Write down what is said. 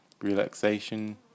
relaxation